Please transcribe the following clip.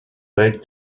paid